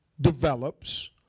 develops